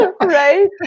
right